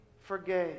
forgave